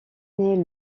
naît